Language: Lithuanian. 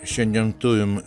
šiandien turim